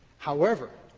however,